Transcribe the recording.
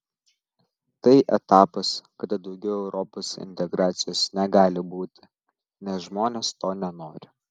tai etapas kada daugiau europos integracijos negali būti nes žmonės to nenori